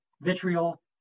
vitriol